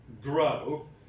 grow